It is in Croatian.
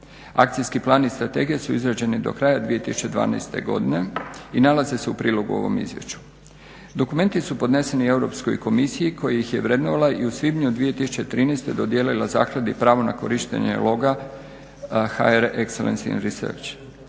Akcijski plan i strategija su izrađeni do kraja 2012.godine i nalaze se u prilogu u ovom izvješću. Dokumenti su podneseni Europskoj komisiji koja ih je vrednovala i u svibnju 2013.dodijelila zakladi pravo na korištenje loga HR Excellence in Research.